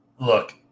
Look